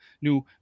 new